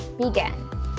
begin